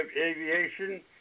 Aviation